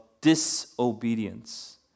disobedience